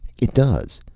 it does.